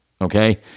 okay